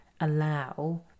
allow